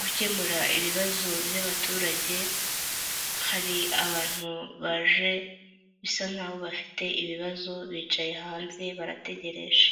gukemura ibibazo by'abaturage, hari abantu baje bisa nkaho bafite ibibazo, bicaye hanze barategereje.